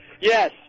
Yes